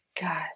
God